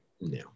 no